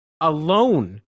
alone